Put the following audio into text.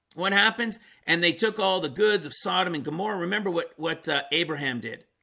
what happens and they took all the goods of sodom and gomorrah? remember? what what ah abraham did